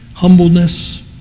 humbleness